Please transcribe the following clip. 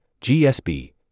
GSB